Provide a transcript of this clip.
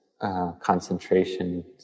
Concentration